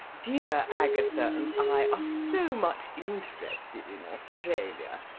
dear agatha and i are so much interested in australia.